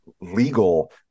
legal